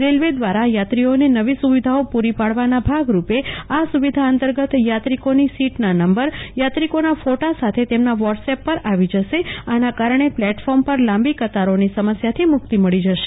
railway દ્વારા યાત્રીઓને નવી સુવિધાઓ પુરી પાડવાના ભાગરચે આ સુવિધા અંતર્ગત યાત્રિકોની સીટ ના નંબર યાત્રિકોના ફોટા સાથે તેમના વ્હોટસએપ પર આવી જશે આના કારણે પ્લેટફોર્મ પર લાંબી કતારોની સમસ્યાથી મુક્તિ મળી જશે